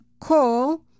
call